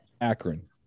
Akron